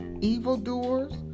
evildoers